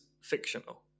fictional